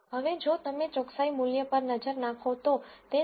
હવે જો તમે ચોકસાઈ મૂલ્ય પર નજર નાખો તો તે 0